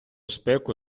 спеку